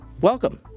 welcome